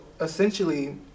essentially